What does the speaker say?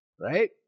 Right